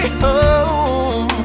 home